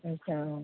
हुन्छ